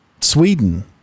Sweden